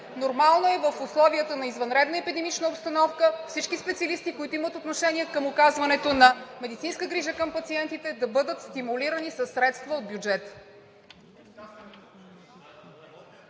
Нормално е в условията на извънредна епидемична обстановка всички специалисти, които имат отношение към оказването на медицинска грижа към пациентите, да бъдат стимулирани със средства от бюджета.